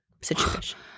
situation